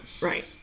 Right